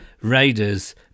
Raiders